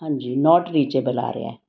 ਹਾਂਜੀ not reachable ਆ ਰਿਹਾ